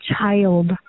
child